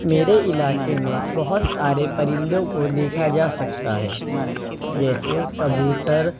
میرے علاقے میں بہت سارے پرندوں کو دیکھا جا سکتا ہے جیسے کبوتر